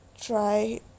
try